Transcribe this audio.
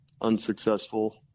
unsuccessful